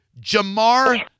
Jamar